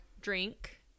drink